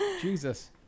Jesus